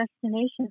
destinations